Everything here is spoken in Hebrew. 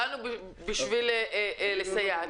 באנו בשביל לסייע.